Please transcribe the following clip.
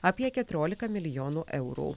apie keturiolika milijonų eurų